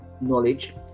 knowledge